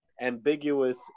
ambiguous